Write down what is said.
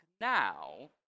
now